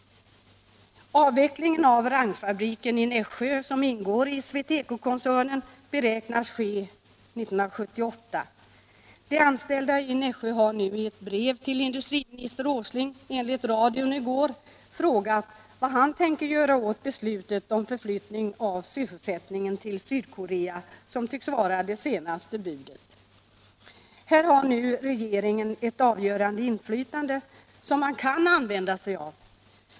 Avvecklingen av Rangfabriken i Nässjö, som ingår i SweTecokoncernen, beräknas ske 1978. De anställda i Nässjö har nu i brev till industriminister Åsling, enligt radion i går, frågat vad han tänker göra åt beslutet om förflyttning av sysselsättningen till Sydkorea, som tycks vara det senaste budet. Här har nu regeringen ett avgörande inflytande som man kan använda sig av.